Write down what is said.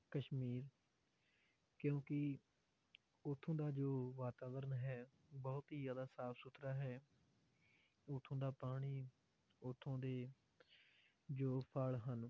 ਕਸ਼ਮੀਰ ਕਿਉਂਕਿ ਉੱਥੋਂ ਦਾ ਜੋ ਵਾਤਾਵਰਨ ਹੈ ਬਹੁਤ ਹੀ ਜ਼ਿਆਦਾ ਸਾਫ ਸੁਥਰਾ ਹੈ ਉੱਥੋਂ ਦਾ ਪਾਣੀ ਉੱਥੋਂ ਦੇ ਜੋ ਫਲ ਹਨ